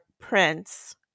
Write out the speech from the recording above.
prince